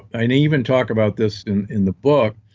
i and even talk about this in in the book,